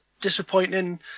disappointing